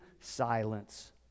silence